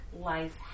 Life